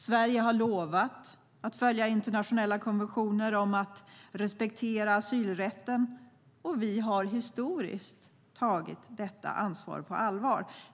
Sverige har lovat att följa internationella konventioner om att respektera asylrätten, och vi har historiskt tagit detta ansvar på allvar.